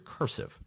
recursive